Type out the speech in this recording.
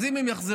אז אם הם יחזרו,